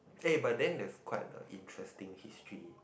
eh but then there's quite a interesting history